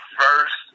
first